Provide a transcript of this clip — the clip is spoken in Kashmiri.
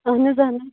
اہن حَظ اہن حَظ